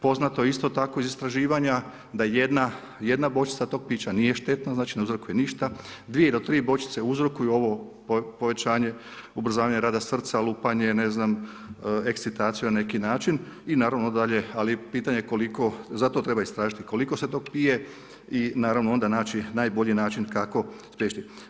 Poznato je isto tako iz istraživanja da jedna bočica tog pića nije štetna, ne uzrokuje ništa, dvije do tri bočice uzrokuju ovo povećanje, ubrzanje rada srca, lupanje, ekscitaciju na neki način i naravno dalje, ali pitanje koliko, zato treba istražiti koliko se tog pije i naravno onda naći najbolji način kako spriječiti.